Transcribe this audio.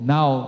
Now